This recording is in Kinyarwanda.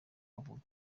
avuga